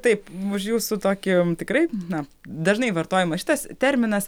taip už jūsų tokį tikrai na dažnai vartojamas šitas terminas